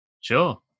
Sure